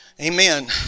Amen